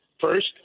First